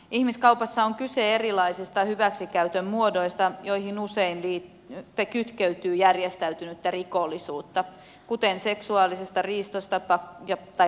ihmiskaupassa on kyse erilaisista hyväksikäytön muodoista joihin usein kytkeytyy järjestäytynyttä rikollisuutta kuten seksuaalista riistoa tai pakkotyötä